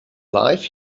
life